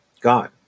God